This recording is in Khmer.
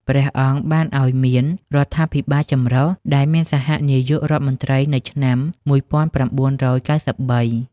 ព្រះអង្គបានឱ្យមានរដ្ឋាភិបាលចម្រុះ ដែលមានសហនាយករដ្ឋមន្រ្តីនៅឆ្នាំ១៩៩៣។